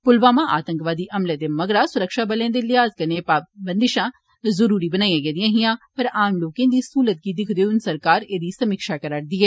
पुलवामा आतंकवादी हमले दे मगरा सुरक्षा दे लिहाज कन्नै ए बंदशां जरूरी बनी गेइयां हियां पर आम लोकें दी सहूलत गी दिक्खदे होई हुन सरकार एह्दी समीक्षा करा रदी ऐ